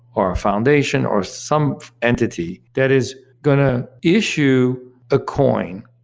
or a foundation, or some entity that is going to issue a coin,